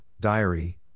Diary